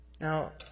Now